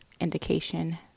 indication